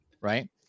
right